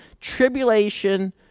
tribulation